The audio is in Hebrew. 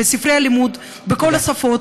בספרי הלימוד בכל השפות,